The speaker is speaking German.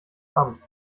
amt